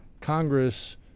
Congress